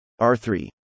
R3